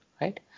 right